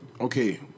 Okay